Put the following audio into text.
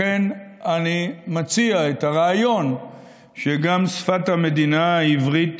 לכן אני מציע את הרעיון שגם שפת המדינה העברית